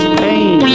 pain